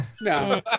No